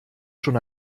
schon